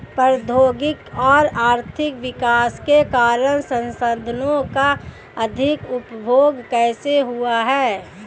प्रौद्योगिक और आर्थिक विकास के कारण संसाधानों का अधिक उपभोग कैसे हुआ है?